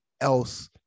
else